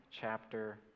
chapter